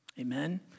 Amen